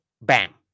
bam